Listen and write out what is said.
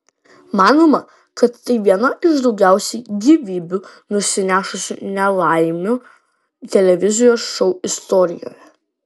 manoma kad tai viena iš daugiausiai gyvybių nusinešusių nelaimių televizijos šou istorijoje